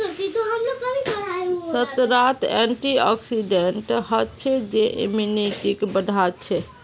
संतरात एंटीऑक्सीडेंट हचछे जे इम्यूनिटीक बढ़ाछे